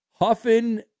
huffin